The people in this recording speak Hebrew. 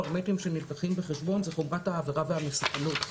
הפרמטרים שנלקחים בחשבון הם חומרת העבירה והמסוכנות.